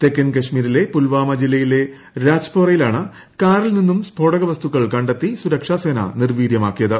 തെക്കൻ കശ്മീരിലെ പുൽവാമ ജില്ലയിലെ രാജ്പോറൃയിലാണ് കാറിൽ നിന്നും സ്ഫോടക വസ്തുക്കൾ കണ്ടെത്തി സ്തു്രക്ഷാ സേന നിർവീര്യമാക്കിയത്